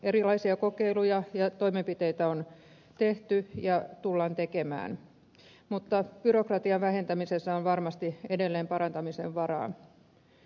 erilaisia kokeiluja ja toimenpiteitä on tehty ja tullaan tekemään mutta byrokratian vähentämisessä on varmasti edelleen parantamisen varaa